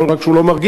לא רק שהוא לא מרגיע,